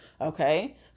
Okay